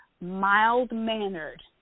mild-mannered